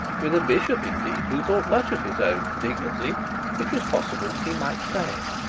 with a bishop indeed who thought much of his own dignity it was possible that he might fail,